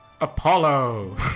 Apollo